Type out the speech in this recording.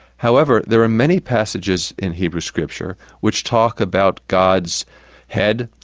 however, there are many passages in hebrew scripture which talk about god's head,